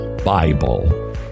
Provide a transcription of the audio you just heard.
Bible